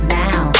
now